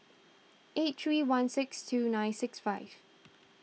eight three one six two nine six five